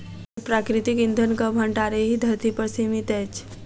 तरल प्राकृतिक इंधनक भंडार एहि धरती पर सीमित अछि